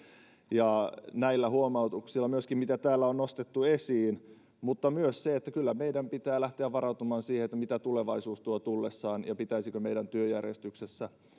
ja myöskin näillä huomautuksilla mitä täällä on nostettu esiin mutta kyllä meidän pitää myös lähteä varautumaan siihen mitä tulevaisuus tuo tullessaan ja pitäisikö meidän työjärjestyksessämme